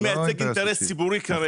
אני מייצג אינטרס ציבורי כרגע.